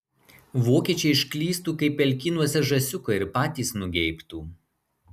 vokiečiai išklystų kaip pelkynuose žąsiukai ir patys nugeibtų